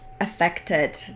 affected